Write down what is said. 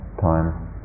time